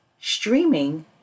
streaming